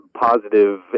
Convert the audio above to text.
Positive